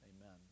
Amen